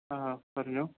ആ പറഞ്ഞോ